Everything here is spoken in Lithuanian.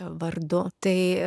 vardu tai